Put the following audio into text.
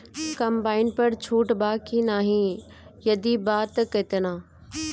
Combine पर छूट बा की नाहीं यदि बा त केतना?